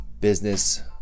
business